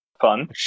Fun